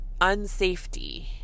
unsafety